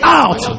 out